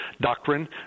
doctrine